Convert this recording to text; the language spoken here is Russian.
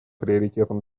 приоритетом